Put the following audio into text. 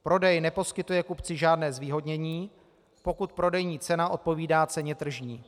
Prodej neposkytuje kupci žádné zvýhodnění, pokud prodejní cena odpovídá ceně tržní.